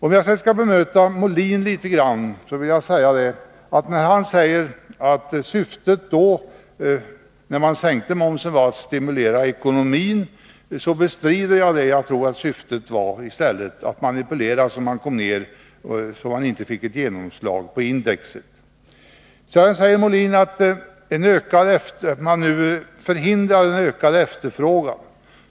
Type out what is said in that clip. Låt mig sedan bemöta Björn Molin, som sade att syftet när man sänkte momsen var att stimulera ekonomin. Jag bestrider det. Jag tror att syftet i stället var att manipulera så att man inte fick ett genomslag på indexet. Björn Molin sade sedan att man genom en momshöjning förhindrar en ökad efterfrågan.